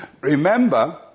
Remember